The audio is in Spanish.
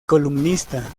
columnista